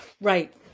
Right